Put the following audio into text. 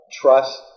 trust